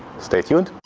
stay tuned.